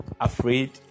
afraid